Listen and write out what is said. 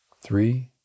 three